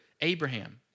Abraham